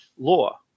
law